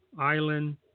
island